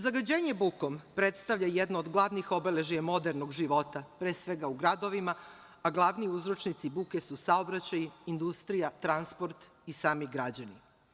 Zagađenje bukom predstavlja jedno od glavnih obeležja modernog života, pre svega u gradovima, a glavni uzročnici buke su saobraćaj, industrija, transport i sami građani.